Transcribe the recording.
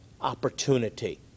opportunity